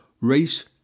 race